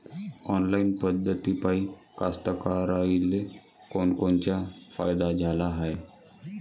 Online पद्धतीपायी कास्तकाराइले कोनकोनचा फायदा झाला हाये?